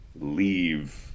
leave